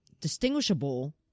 distinguishable